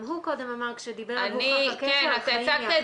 גם הוא קודם אמר כשדיבר על שהוּכח הקשר על חיים ביחד.